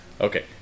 Okay